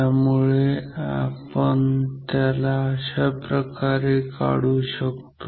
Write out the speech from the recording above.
त्यामुळे आपण त्याला अशाप्रकारे काढू शकतो